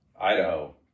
Idaho